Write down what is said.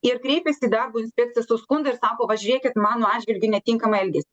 ir kreipiasi į darbo inspekciją su skundu ir sako va žiūrėkit mano atžvilgiu netinkamai elgės